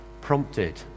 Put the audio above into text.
prompted